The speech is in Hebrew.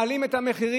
מעלים את המחירים.